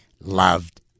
loved